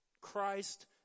Christ